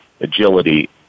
agility